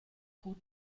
foot